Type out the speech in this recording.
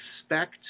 expect